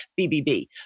BBB